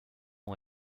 ont